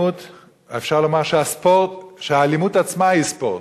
אפשר לומר שהאלימות עצמה היא ספורט.